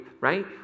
right